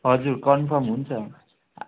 हजुर कन्फर्म हुन्छ